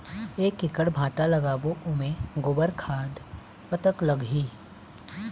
एक एकड़ भांटा लगाबो ओमे गोबर खाद कतक लगही?